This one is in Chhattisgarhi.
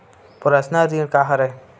पर्सनल ऋण का हरय?